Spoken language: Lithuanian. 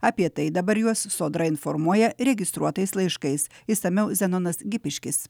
apie tai dabar juos sodra informuoja registruotais laiškais išsamiau zenonas gipiškis